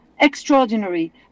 extraordinary